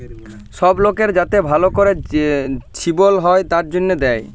সব লকের যাতে ভাল ক্যরে জিবল হ্যয় তার জনহে দেয়